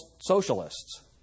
socialists